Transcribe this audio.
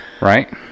Right